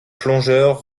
plongeurs